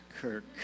Kirk